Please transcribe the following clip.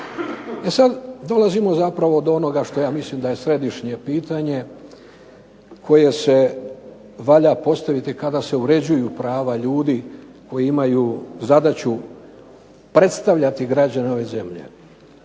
sada dolazimo zapravo do onoga što ja mislim da je središnje pitanje koje se valja postaviti kada se uređuju prava ljudi koji imaju zadaću predstavljati građane ove zemlje.